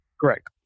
Correct